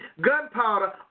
Gunpowder